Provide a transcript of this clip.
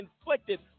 inflicted